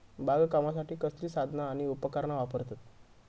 बागकामासाठी कसली साधना आणि उपकरणा वापरतत?